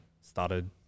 started